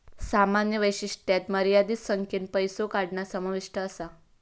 सामान्य वैशिष्ट्यांत मर्यादित संख्येन पैसो काढणा समाविष्ट असा